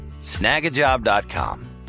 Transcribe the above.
Snagajob.com